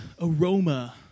aroma